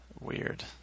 weird